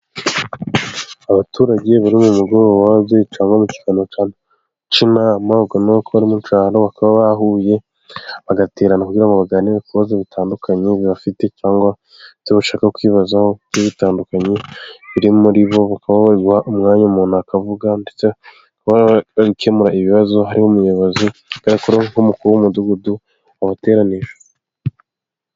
Abaturage bari mu mugoroba w'ababyeyi cyangwa mu kiganiro cy'inama nk'uko ari mu cyaro bakaba bahuye bagaterana, kugira ngo baganire ku bibazo bitandukanye baba bafite, cyangwa ibyo bashaka kwibazaho ntibitandukanye biri muri bo, bakaba baha umwanya umuntu akavuga ndetse gukemura ibibazo, hariho umuyobozi bwacu nk'umukuru w'umudugudu wawuteranije.